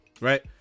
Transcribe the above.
right